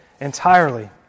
entirely